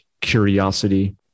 curiosity